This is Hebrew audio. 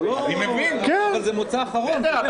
אבל זה מוצא אחרון.